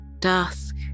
dusk